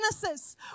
Genesis